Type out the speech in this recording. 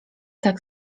tak